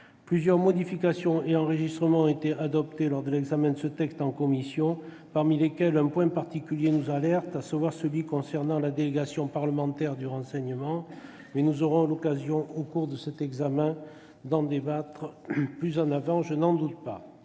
Plusieurs modifications et enrichissements ont été apportés lors de l'examen de ce texte en commission, parmi lesquels un point en particulier nous alerte, à savoir celui qui concerne la délégation parlementaire au renseignement. Mais nous aurons l'occasion, au cours de la discussion de ce texte, d'en débattre plus avant- je n'en doute pas.